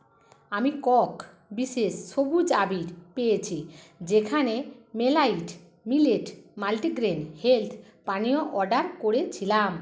আমি কক বিশেষ সবুজ আবির পেয়েছি যেখানে মেলাইট মিলেট মাল্টিগ্রেন হেলথ্ পানীয় অর্ডার করেছিলাম